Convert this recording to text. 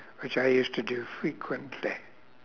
which I used to do frequently